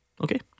Okay